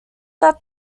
that